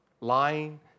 Lying